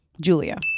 Julia